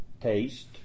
taste